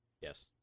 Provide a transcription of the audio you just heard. yes